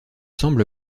semble